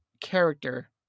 character